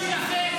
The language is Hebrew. שלכם, קואליציה.